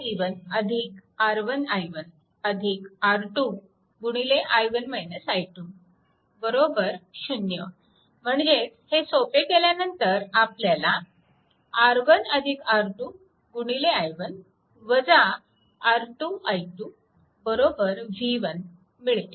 v1 R 1 i 1 R2 0 म्हणजेच हे सोपे केल्यानंतर आपल्याला R 1 R 2i1 R2 i2 v1 मिळते